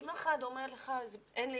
אם מישהו אומר שאין לו